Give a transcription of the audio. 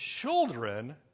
children